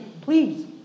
please